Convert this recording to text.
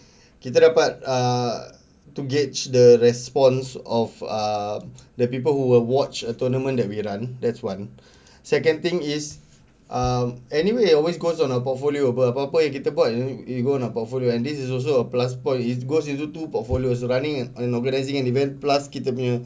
kita dapat err to gauge the response of err the people who will watch a tournament that we run that's one second thing is um anyway always goes on a portfolio apa-apa yang kita buat we go on the portfolio and this is also a plus point it goes into two portfolio it's running in organising an event plus kita punya